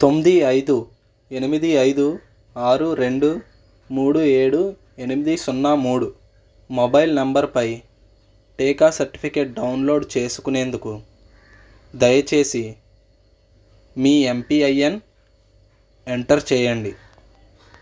తొమ్మిది ఐదు ఎనిమిది ఐదు ఆరు రెండు మూడు ఏడు ఎనిమిది సున్న మూడు మొబైల్ నంబరుపై టీకా సర్టిఫికేట్ డౌన్లోడ్ చేసుకునేందుకు దయచేసి మీ యమ్పిఐయన్ ఎంటర్ చెయ్యండి